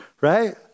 right